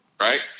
right